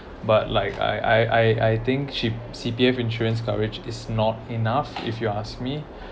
but like I I I I think C C_P_F insurance coverage is not enough if you ask me